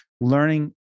learning